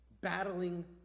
battling